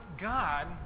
God